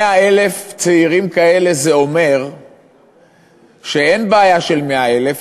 100,000 צעירים כאלה זה אומר שאין בעיה של 100,000,